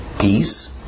peace